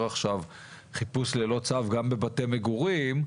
עכשיו חיפוש ללא צו גם בבתי מגורים,